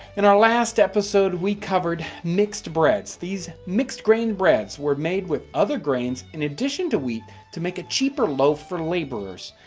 in our last episode, we covered mixed breads. these mixed grain breads were made with other grains in addition to wheat to make a cheaper loaf for laborers.